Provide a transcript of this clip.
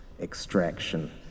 extraction